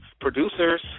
Producers